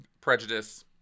prejudice